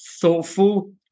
thoughtful